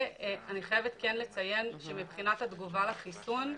אני כן חייבת לציין שמבחינת התגובה לחיסון,